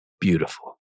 beautiful